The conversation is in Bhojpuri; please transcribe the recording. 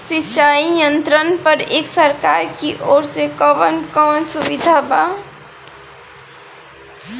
सिंचाई यंत्रन पर एक सरकार की ओर से कवन कवन सुविधा बा?